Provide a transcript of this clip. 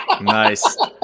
nice